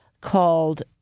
called